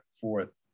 fourth